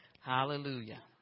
hallelujah